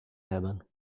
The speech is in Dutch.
hebben